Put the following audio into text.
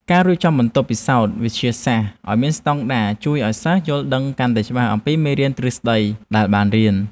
ការរៀបចំបន្ទប់ពិសោធន៍វិទ្យាសាស្ត្រឱ្យមានស្តង់ដារជួយឱ្យសិស្សយល់ដឹងកាន់តែច្បាស់អំពីមេរៀនទ្រឹស្តីដែលបានរៀន។